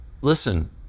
listen